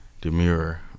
demure